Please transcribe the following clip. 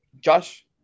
Josh